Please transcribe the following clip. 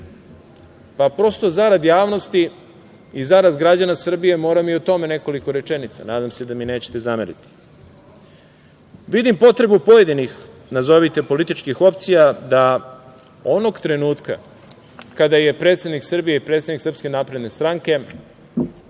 pa prosto zarad javnosti i zarad građana Srbije moram i o tome nekoliko rečenica. Nadam se da mi nećete zameriti. Vidim potrebu pojedinih, nazovite političkih opcija, da onog trenutka kada je predsednik Srbije i predsednik SNS najavio da će